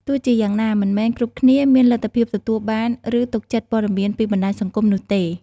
ទោះជាយ៉ាងណា មិនមែនគ្រប់គ្នាមានលទ្ធភាពទទួលបាន ឬទុកចិត្តព័ត៌មានពីបណ្តាញសង្គមនោះទេ។